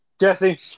Jesse